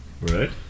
Right